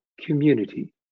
community